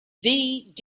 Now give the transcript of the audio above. did